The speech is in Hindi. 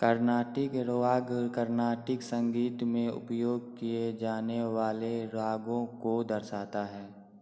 कर्नाटक राग कर्नाटक संगीत में उपयोग किए जाने वाले रागों को दर्शाता है